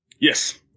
Yes